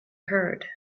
heard